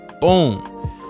Boom